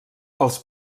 els